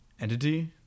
entity